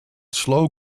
slow